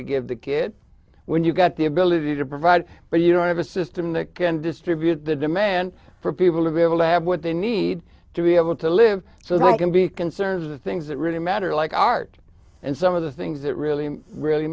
to give the kid when you've got the ability to provide but you don't have a system that can distribute the demand for people to be able to have what they need to be able to live so they can be conserved the things that really matter like art and some of the things that really really